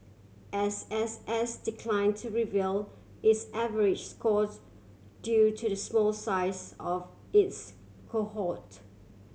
S S S decline to reveal its average scores due to the small size of its cohort